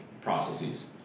processes